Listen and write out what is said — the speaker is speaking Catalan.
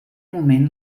moment